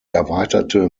erweiterte